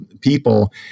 people